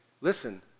listen